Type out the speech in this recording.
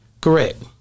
Correct